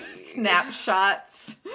snapshots